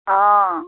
অঁ